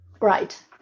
Right